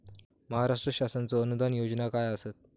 महाराष्ट्र शासनाचो अनुदान योजना काय आसत?